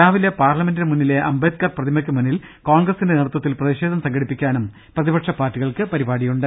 രാവിലെ പാർലമെന്റിന് മുന്നിലെ അംബേദ്ക്കർ പ്രതിമക്ക് മുന്നിൽ കോൺഗ്രസിന്റെ നേതൃത്വത്തിൽ പ്രതിഷേധം സംഘടിപ്പിക്കാനും പ്രതിപക്ഷ പാർട്ടികൾക്ക് പരിപാടിയുണ്ട്